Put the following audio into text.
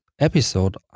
episode